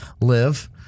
live